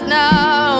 now